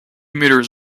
meters